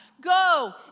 Go